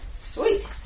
sweet